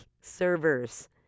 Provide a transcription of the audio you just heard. servers